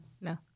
no